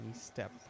step